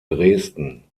dresden